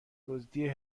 دزدی